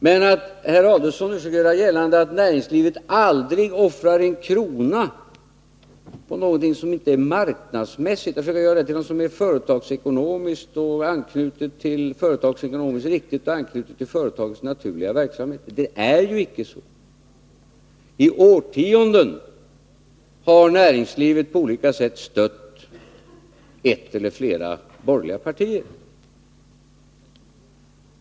Men herr Adelsohn försöker nu göra gällande att näringslivet aldrig offrar en krona på någonting som inte är marknadsmässigt. Han försöker göra detta till någonting som är företagsekonomiskt riktigt anknutet till företagens naturliga verksamhet. Det är ju icke så. I årtionden har näringslivet på olika sätt stött ett eller flera borgerliga partier.